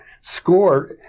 score